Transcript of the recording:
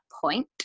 point